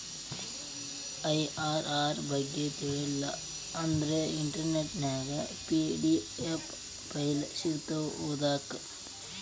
IRR ಬಗ್ಗೆ ತಿಳಿಲಿಲ್ಲಾ ಅಂದ್ರ ಇಂಟರ್ನೆಟ್ ನ್ಯಾಗ ಪಿ.ಡಿ.ಎಫ್ ಫೈಲ್ ಸಿಕ್ತಾವು ಓದಾಕ್